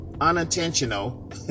unintentional